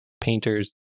painters